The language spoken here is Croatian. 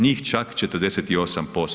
Njih čak 48%